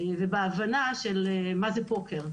בדעה ובהבנה של מה זה פוקר.